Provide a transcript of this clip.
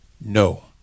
No